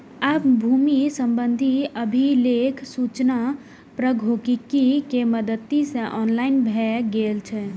आब भूमि संबंधी अभिलेख सूचना प्रौद्योगिकी के मदति सं ऑनलाइन भए गेल छै